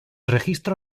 registro